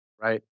right